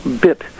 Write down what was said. bit